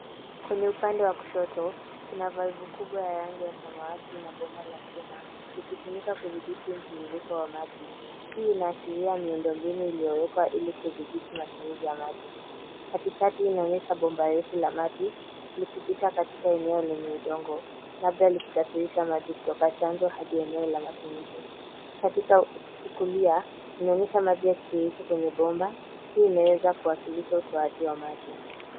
Kwenye upande wa kushoto, kuna valve kubwa yenye rangi ya samawati na bomba la chuma, likitumika kudhibitim mtiririko wa maji. Hii inaashiria miundo mbinu iliyowekwa ili kudhibiti matumizi ya maji. Katikati inaonesha bomba refu la maji likipita katika eneo lenye udongo, labda likisafirisha maji kutoka chanzo hadi eneo la matumizi, Katika kulia, inaonesha maji yakitiririka kwenye bomba, hii imeweza kuwakilisha utoaji wa maji.